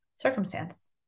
circumstance